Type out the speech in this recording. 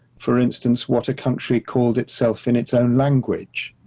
for instance, what a country called itself in its own language,